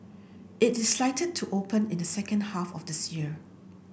it is slated to open in the second half of this year